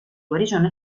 guarigione